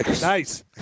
Nice